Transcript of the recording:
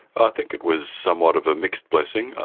i think it was somewhat of a mixed blessing.